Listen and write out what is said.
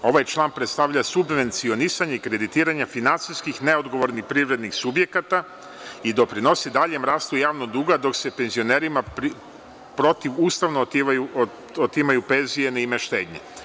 Ovaj član predstavlja subvencionisanje, kreditiranje finansijski neodgovornih privrednih subjekata i doprinosi daljem rastu javnog duga, dok se penzionerima protivustavno otimaju penzije na ime štednje.